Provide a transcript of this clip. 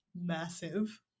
massive